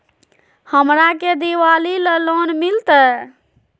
हमरा के दिवाली ला लोन मिलते?